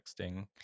texting